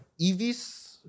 EVs